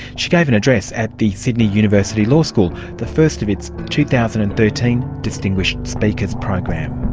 she gave an address at the sydney university law school, the first of its two thousand and thirteen distinguished speakers program.